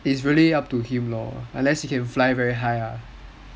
it's really up to him lor unless he can fly very high